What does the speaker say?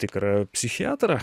tikrą psichiatrą